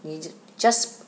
你 just